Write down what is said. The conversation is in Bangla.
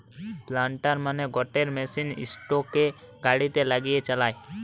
প্লান্টার মানে গটে মেশিন সিটোকে গাড়িতে লাগিয়ে চালায়